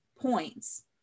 points